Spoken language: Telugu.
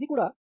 I1 r 22